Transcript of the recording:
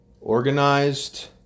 organized